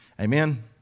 Amen